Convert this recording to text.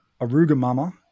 arugamama